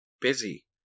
busy